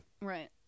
Right